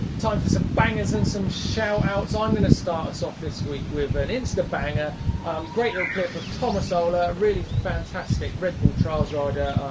time for some bangers and some shout outs. i'm going to start us off this week with an instabanger. a great little clip of thomas o'ehler. really fantastic redbull trials rider.